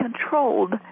controlled